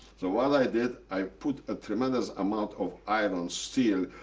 so what i did, i put a tremendous amount of iron, steel,